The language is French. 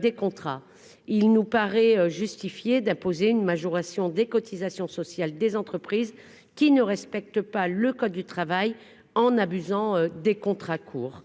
des contrats. Il nous paraît justifié d'imposer une majoration des cotisations sociales des entreprises qui ne respectent pas le code du travail en abusant des contrats courts.